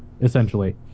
essentially